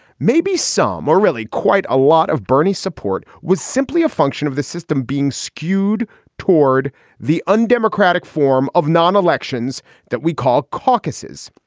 maybe some are really quite a lot of bernie support was simply a function of the system being skewed toward the undemocratic form of non elections that we call caucuses.